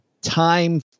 time